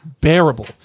bearable